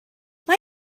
mae